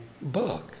book